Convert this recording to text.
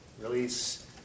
Release